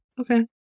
okay